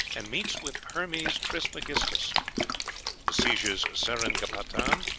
and meets with hermes trismegistus besieges seringapatam,